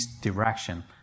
direction